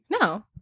No